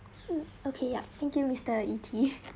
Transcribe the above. mm okay yup thank you mister E_T